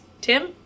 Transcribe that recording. tim